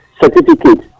certificate